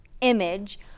image